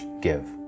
give